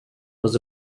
was